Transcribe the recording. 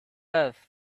earth